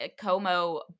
Como